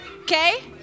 Okay